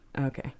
Okay